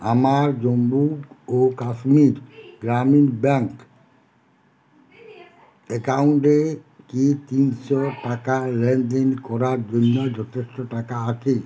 আমার জম্মু ও কাশ্মীর গ্রামীণ ব্যাঙ্ক অ্যাকাউন্টে কি তিনশো টাকা লেনদেন করার জন্য যথেষ্ট টাকা আছে